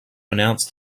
announce